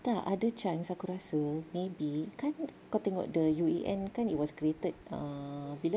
tak ada chance aku rasa maybe kan kau tengok the U_E_N it was created ah bila